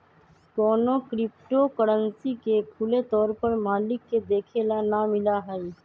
कौनो crypto currency के खुले तौर पर मालिक के देखे ला ना मिला हई